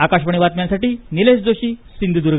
आकाशवाणी बातम्यांसाठी निलेश जोशी सिधूद्ग